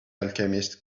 alchemist